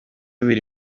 biri